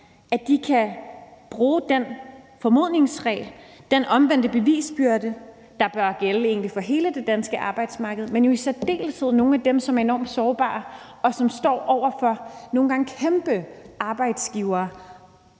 at de kan bruge den formodningsregel, den omvendte bevisbyrde, der egentlig bør gælde for hele det danske arbejdsmarked, men jo i særdeleshed nogle af dem, som er enormt sårbare, og som står over for nogle gange kæmpe arbejdsgivere.